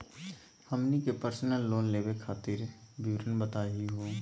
हमनी के personal loan लेवे खातीर विवरण बताही हो?